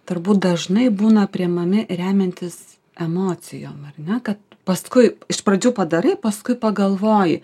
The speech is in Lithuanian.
turbūt dažnai būna priimami remiantis emocijom ar ne kad paskui iš pradžių padarai paskui pagalvoji